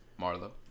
Marlo